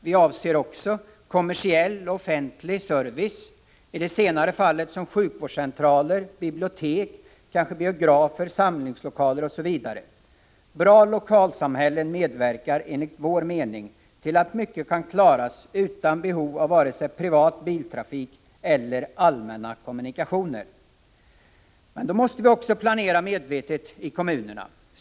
Vi avser också kommersiell och offentlig service såsom sjukvårdscentraler, bibliotek, kanske biografer, samlingslokaler osv. Bra lokalsamhällen medverkar enligt vår mening till att mycket kan klaras utan behov av vare sig privat biltrafik eller allmänna kommunikationer. Men då måste vi också planera medvetet i kommunerna.